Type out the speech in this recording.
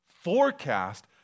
forecast